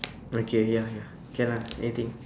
okay ya ya can ah anything